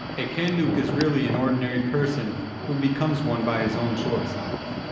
a kanduk is really an ordinary person who becomes one by his own choice.